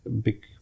big